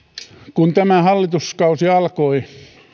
kun tämä hallituskausi alkoi